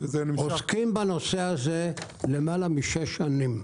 עוסקים בנושא הזה למעלה משש שנים.